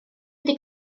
wedi